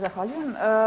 Zahvaljujem.